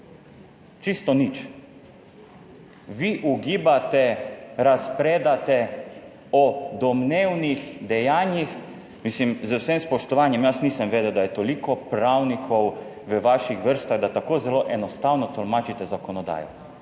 čisto nič. Vi ugibate, razpredate o domnevnih dejanjih. Mislim, z vsem spoštovanjem, jaz nisem vedel, da je toliko pravnikov v vaših vrstah, da tako zelo enostavno tolmačite zakonodajo.